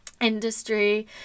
industry